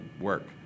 work